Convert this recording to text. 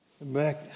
Back